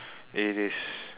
it is